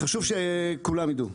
חשוב שכולם יידעו,